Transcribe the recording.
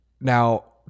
Now